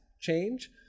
change